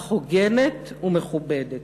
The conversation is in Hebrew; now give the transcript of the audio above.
אך הוגנת ומכובדת".